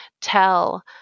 tell